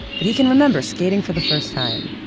but he can remember skating for the first time.